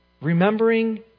Remembering